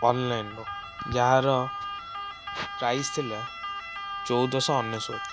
ଅନଲାଇନରୁ ଯାହାର ପ୍ରାଇସ ଥିଲା ଚଉଦଶହ ଅନେଶତ